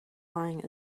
lying